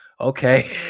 okay